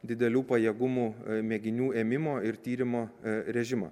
didelių pajėgumų mėginių ėmimo ir tyrimo režimą